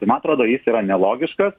tai man atrodo jis yra nelogiškas